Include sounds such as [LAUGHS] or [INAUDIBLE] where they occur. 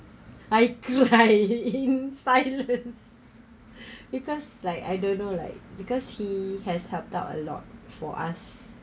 I crying [LAUGHS] silence [BREATH] because like I don't know like because he has helped out a lot for us